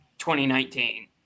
2019